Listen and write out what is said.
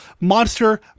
monster